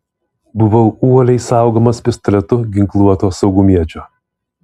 buvau uoliai saugomas pistoletu ginkluoto saugumiečio